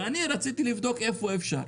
אני רציתי לבדוק איפה אפשר,